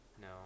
No